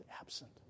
absent